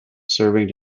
serving